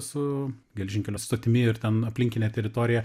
su geležinkelio stotimi ir ten aplinkine teritorija